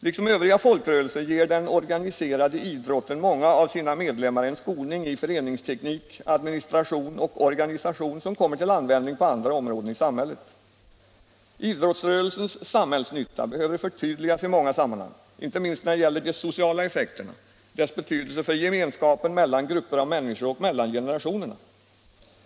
Liksom övriga folkrörelser ger den organiserade idrotten många av sina medlemmar en skolning i föreningsteknik, administration och organisation som kommer till användning på andra områden i samhället. Idrottsrörelsens samhällsnytta behöver emellertid förtydligas i många sammanhang, inte minst när det gäller de sociala effekterna, dvs. dess betydelse för gemenskapen mellan grupper av människor och mellan generationerna.